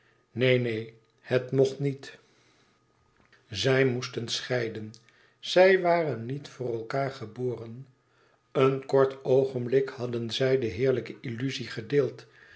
neen neen het mocht niet zij moesten scheiden zij waren niet voor elkaâr geboren een kort oogenblik hadden zij de heerlijke illuzie gedeeld